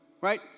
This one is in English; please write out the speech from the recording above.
right